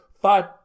five